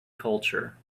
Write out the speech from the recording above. culture